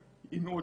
שלי.